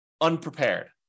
unprepared